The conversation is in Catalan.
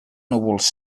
núvols